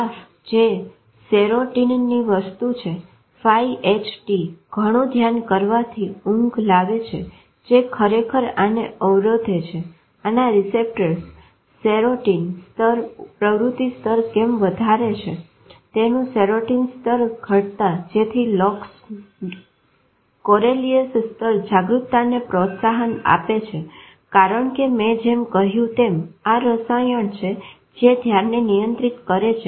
rough જે સેરોટીનની વસ્તુ છે 5HT ઘણું ધ્યાન કરવાથી ઊંઘ લાવે છે જે ખરેખર આને અવરોધે છે આના રીસેપ્ટર્સ સેરોટીન સ્તર પ્રવૃત્તિ સ્તર કેમ વધારે છે તેનું સેરોટીન સ્તર ઘટતા જેથી લોકસ કોરેલીઅસ સ્તર જાગૃતતાને પ્રોત્સાહન આપે છે કારણ કે મેં જેમ કહ્યું તેમ આ રસાયણ છે જે ધ્યાનને નિયંત્રિત કરે છે